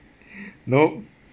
nope